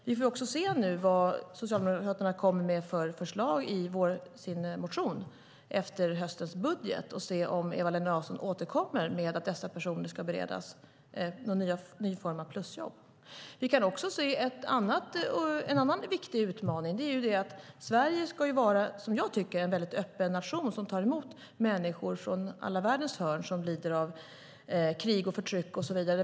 Vi får se vad Socialdemokraterna kommer med för förslag i sin motion efter höstens budget och se om Eva-Lena Jansson återkommer med att dessa personer ska beredas någon ny form av plusjobb. En annan viktig utmaning är att Sverige ska vara, som jag tycker, en väldigt öppen nation som tar emot människor från alla världens hörn som lider av krig, förtryck och så vidare.